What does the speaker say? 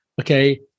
Okay